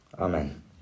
Amen